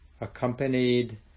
accompanied